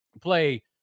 play